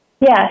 Yes